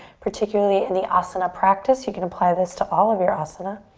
particularly in the asana practice, you can apply this to all of your asana,